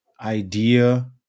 idea